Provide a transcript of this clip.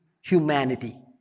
humanity